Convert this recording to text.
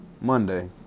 Monday